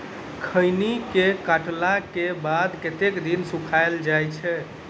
खैनी केँ काटला केँ बाद कतेक दिन सुखाइल जाय छैय?